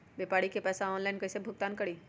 व्यापारी के पैसा ऑनलाइन कईसे भुगतान करी?